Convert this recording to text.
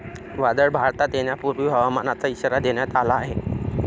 वादळ भारतात येण्यापूर्वी हवामानाचा इशारा देण्यात आला आहे